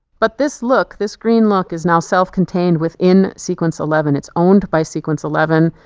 but this look this green look is now self contained within sequence eleven it's owned by sequence eleven,